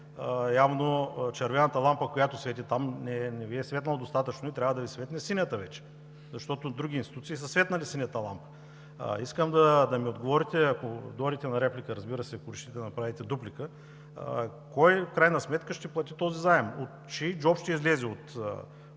явно червената лампа, която свети там, не Ви е светнала достатъчно и вече трябва да Ви светне синята. Защото в други институции са светнали синята лампа. Искам да ми отговорите, ако, разбира се, решите да направите дуплика, кой в крайна сметка ще плати този заем, от чий джоб ще излезе –